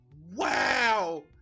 Wow